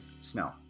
snow